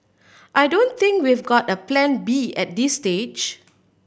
I don't think we've got a Plan B at this stage